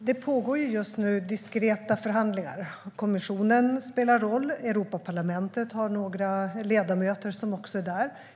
Herr talman! Det pågår just nu diskreta förhandlingar. Kommissionen spelar en roll, och Europaparlamentet har några ledamöter som är där.